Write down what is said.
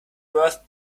worth